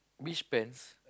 beach pants